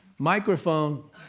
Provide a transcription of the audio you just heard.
Microphone